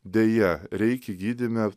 deja reikia gydyme